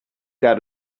got